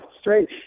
straight